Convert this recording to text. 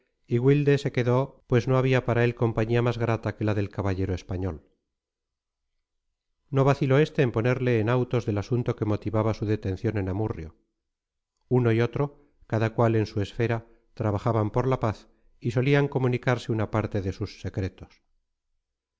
y wilde se quedó pues no había para él compañía más grata que la del caballero español no vaciló este en ponerle en autos del asunto que motivaba su detención en amurrio uno y otro cada cual en su esfera trabajaban por la paz y solían comunicarse una parte de sus secretos